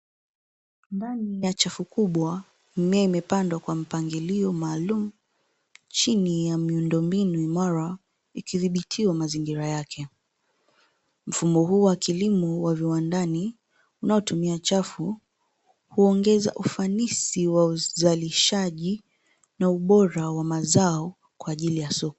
Ndani ya chafu kubwa mimea imepandwa kwa mpangilio maalum chini ya miundo mbinu imara ikithibitiwa mazingira yake. Mfumo huu wa kilimo wa viwandani unaotumia chafu huongeza ufanisi wa uzalishaji na ubora wa mazao kwa ajili ya soko.